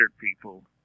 people